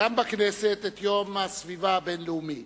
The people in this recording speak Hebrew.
גם בכנסת את יום הסביבה הבין-לאומי.